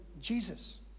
Jesus